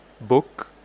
book